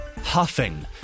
huffing